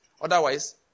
Otherwise